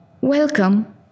Welcome